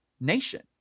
nation